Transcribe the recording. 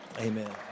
Amen